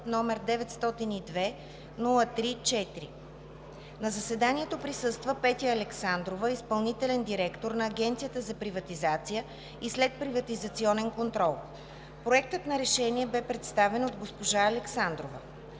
№ 902 03-4. На заседанието присъства Петя Александрова – изпълнителен директор на Агенцията за приватизация и следприватизационен контрол. Проектът на решение бе представен от госпожа Александрова.